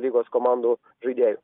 lygos komandų žaidėjų